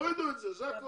אז תורידו את זה.